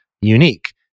unique